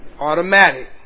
Automatic